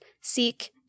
seek